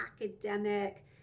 academic